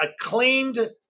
acclaimed